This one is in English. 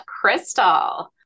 Crystal